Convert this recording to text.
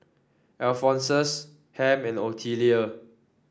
Alphonsus Ham and Otelia